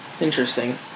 Interesting